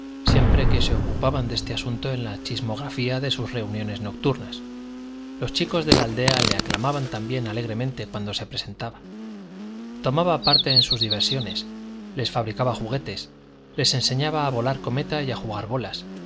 siempre que se ocupaban de este asunto en la chismografía de sus reuniones nocturnas los chicos de la aldea le aclamaban también alegremente cuando se presentaba tomaba parte en sus diversiones les fabricaba juguetes les enseñaba a volar cometa y a jugar bolas